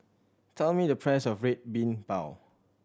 tell me the price of Red Bean Bao